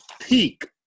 peak